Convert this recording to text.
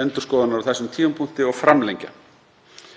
endurskoðunar á þessum tímapunkti og framlengja,